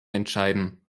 entscheiden